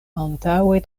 antaŭe